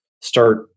start